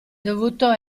dovuto